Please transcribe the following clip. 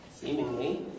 seemingly